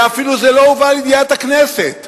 ואפילו זה לא הובא לידיעת הכנסת,